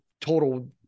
total